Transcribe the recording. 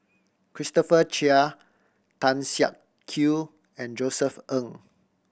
Christopher Chia Tan Siak Kew and Josef Ng